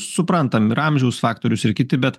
suprantam ir amžiaus faktorius ir kiti bet